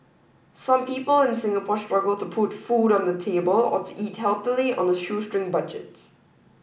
some people in Singapore struggle to put food on the table or to eat healthily on a shoestring budget